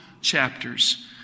chapters